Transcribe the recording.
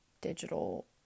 digital